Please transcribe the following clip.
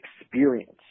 experience